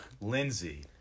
Lindsay